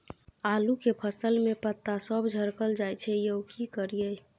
आलू के फसल में पता सब झरकल जाय छै यो की करियैई?